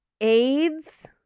aids